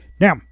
Now